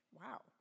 Wow